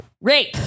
Rape